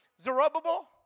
Zerubbabel